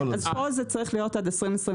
אז פה זה צריך להיות עד 2022,